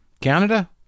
Canada